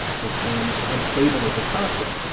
but then it's unstable as a concept.